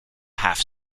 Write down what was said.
half